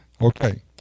Okay